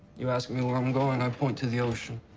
you ask me where i'm going. i point to the ocean.